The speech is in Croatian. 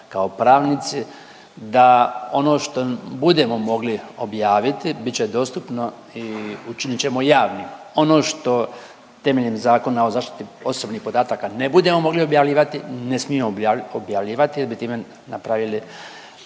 kao pravnici, da ono što budemo mogli objaviti, bit će dostupno i učinit ćemo javnim. Ono što temeljem zakona o zaštiti osobnih podataka ne budemo mogli objavljivati, ne smijemo objavljivati jer bi time napravili